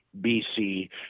bc